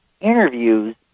interviews